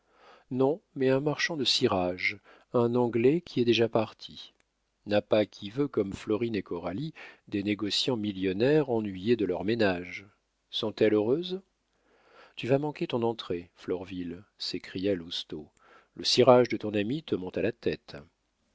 non mais un marchand de cirage un anglais qui est déjà parti n'a pas qui veut comme florine et coralie des négociants millionnaires ennuyés de leur ménage sont-elles heureuses tu vas manquer ton entrée florville s'écria lousteau le cirage de ton amie te monte à la tête